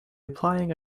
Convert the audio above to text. applying